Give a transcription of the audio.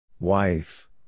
Wife